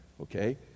okay